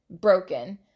broken